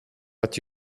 but